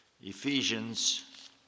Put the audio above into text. Ephesians